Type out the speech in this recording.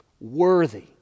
worthy